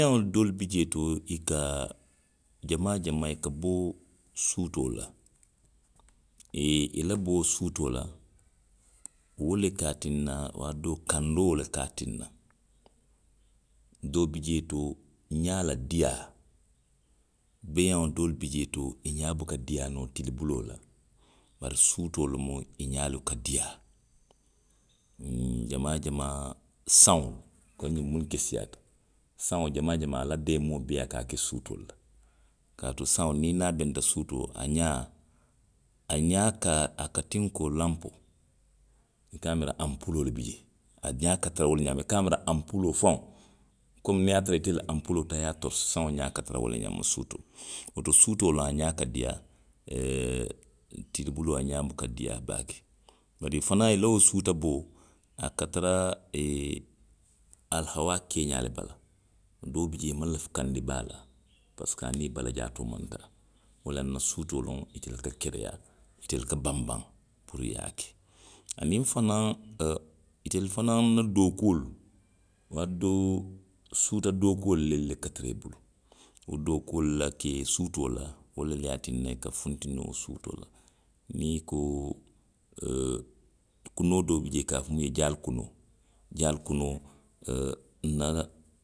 Feŋolu doolu bi jee to, i ka. jamaa jamaa i ka bo suutoo le la., i la boo suutoo la. wo le ka a tinna waati doo kandoo le ka a tinna. Doo bi jee to, ňaa la diiyaa, beeyaŋolu doolu bi jee to i ňaa buka diiyaa noo tilibuloo la, bari suutoo lemu i ňaalu ka diiyaa uŋ jamaa jamaa saŋo, ko ňiŋ muŋ keseyaata. saŋo jamaa jamaa a la deemoo bee a ka a ke suutoo le la. kaatu saŋo niŋ i niŋ a benta suutoo, a ňaa, a ňaa ka a. a ka tiŋ ko lanpoo. I ka a miira anpuuloo le bi jee. a ňaa ka tara wo le ňaama, i ka a miira anpuuloo faŋo, komiŋ niŋ i ye a tara ite le ye anpuuloo taa i ye a torisi, saŋo ňaa ka tara wo le ňaama suutoo. Woto. suutoo loŋ a ňaa ka diiyaa, tilibiloo a ňaa muka ka diiyaa baake. Bari fanaŋ i la wo suuta boo. a ka tara alihawaa keexaa le bala. Doo bi jee i maŋ lafi kandi baa la parisiko a niŋ i balajaatoo maŋ taa. Wo lanna suutooitelu ka kereyaa, itelu kabanbaŋ puru i ye a ke. Aniŋ fanaŋ, o itelu fanaŋ na dookuolu. waati doo, suuta dookuolu lelu ka tara i bulu, wo dookuolu la kee suutoo la. wolu le ye a tinna i ka funti noo suutoo la. Niŋ i ko. oo. kunoo doo bi jee i ka a fo miŋ jaali kunoo, jaali kunoo, oo. nna la,